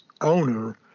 owner